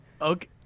Okay